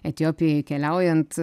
etiopijoj keliaujant